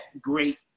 great